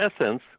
essence